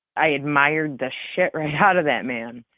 i admired the shit right out of that man.